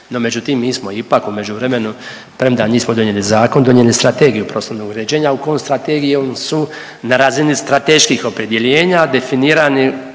no međutim mi smo ipak u međuvremenu premda nismo donijeli zakon, donijeli Strategiju prostornog uređenja u kojoj strategiji su na razini strateških opredjeljenja definirani